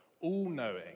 all-knowing